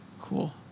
Cool